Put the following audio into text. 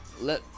Let